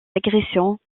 agressions